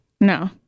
No